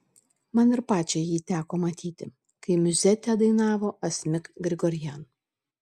man ir pačiai jį teko matyti kai miuzetę dainavo asmik grigorian